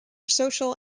social